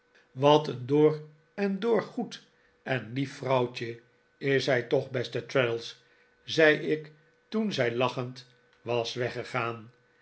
wat een door en door goed en lief vrouwtje is zij toch beste traddles zei ik toen zij lachend was weggegaan